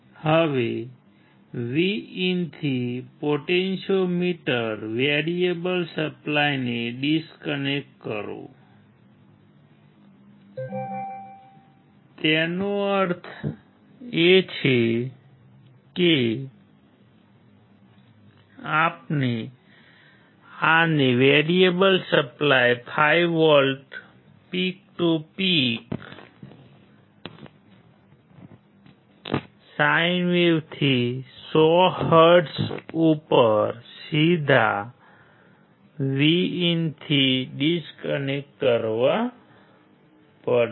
હવે VIN થી potentiometer variable સપ્લાયને ડિસ્કનેક્ટ કરો તેનો અર્થ એ છે કે આપણે આને variable supply 5 volt peak to peak sine વેવથી 100 હર્ટ્ઝ ઉપર સીધા VIN થી ડિસ્કનેક્ટ કરવું પડશે